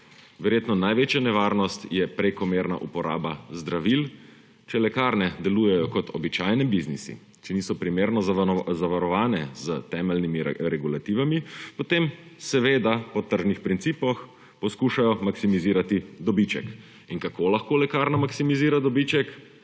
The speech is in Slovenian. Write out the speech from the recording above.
Verjetno največja nevarnost je prekomerna uporaba zdravil. Če lekarne delujejo kot običajni biznisi, če niso primerno zavarovane s temeljnimi regulativami, potem seveda po tržnih principih poskušajo maksimizirati dobiček. In kako lahko lekarna maksimizira dobiček?